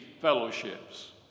fellowships